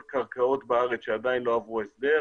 מהקרקעות עברו הליך של הסדר.